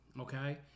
okay